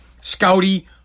Scouty